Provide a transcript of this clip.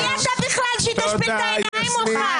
מי אתה בכלל שהיא תשפיל את העיניים מולך?